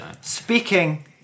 speaking